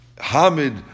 Hamid